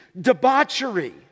debauchery